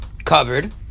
covered